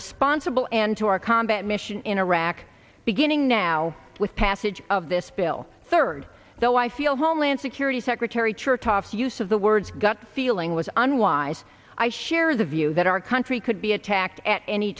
responsible and to our combat mission in iraq beginning now with passage of this bill third though i feel homeland security secretary chertoff to use of the words gut feeling was unwise i share the view that our country could be attacked at any